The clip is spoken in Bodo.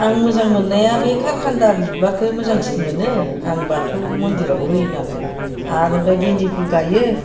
आं मोजां मोन्नाया बे खारखान्दा बिबारखौ मोजांसिन मोनो आं बाथौ मन्दिरावबो होयो नालाय आरो ओमफ्राय गेनदे फुल गायो